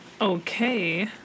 Okay